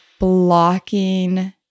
blocking